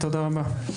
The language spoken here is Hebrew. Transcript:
תודה רבה.